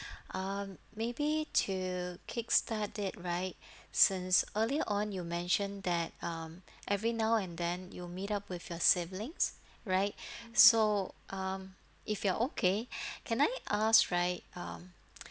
um maybe to kick start it right since earlier on you mentioned that um every now and then you'll meet up with your siblings right so um if you are okay can I ask right um